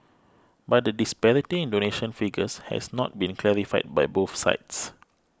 but the disparity in donation figures has not been clarified by both sides